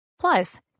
Plus